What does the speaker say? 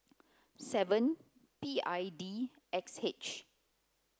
seven P I D X H